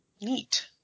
Neat